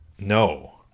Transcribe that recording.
No